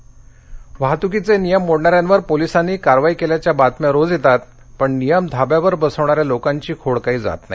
व्रि वाहतूकीचे नियम मोडणाऱ्यांवर पोलीसांनी कारवाई केल्याच्या बातम्या रोज येतात पण नियम धाब्यावर बसवण्याऱ्या लोकांची खोड काही जात नाही